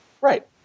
Right